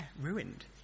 ruined